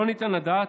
לא ניתן לדעת,